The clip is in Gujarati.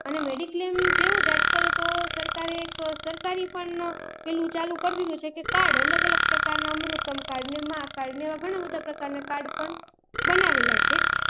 અને મેડિક્લેમ જેવું જ આજકાલ તો સરકારે એક સરકારી પણ પેલું ચાલુ કર દીધું છે કે કાર્ડ અલગ અલગ પ્રકારના અમૃતમ કાર્ડને માં કાર્ડને એવા ઘણા બધા પ્રકારના કાર્ડ પણ બનાવેલા છે